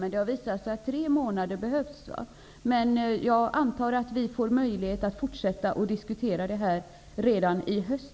Men det har visat sig att det behövs tre månader. Jag antar att vi får möjlighet att fortsätta att diskutera denna fråga redan i höst.